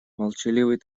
молчаливый